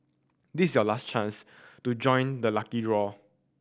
this is your last chance to join the lucky draw